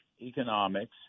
economics